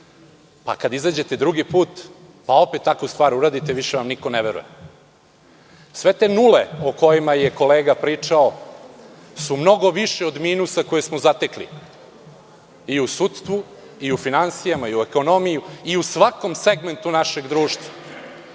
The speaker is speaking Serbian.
ali kad izađete drugi put pa opet takvu stvar uradite, više vam niko ne veruje. Sve te nule, o kojima je kolega pričao, su mnogo više od minusa koji smo zatekli i u sudstvu, i u finansijama, i u ekonomiji i u svakom segmentu našeg društva,